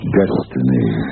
destiny